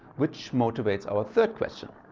which motivates our third question,